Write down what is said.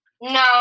No